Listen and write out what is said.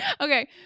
Okay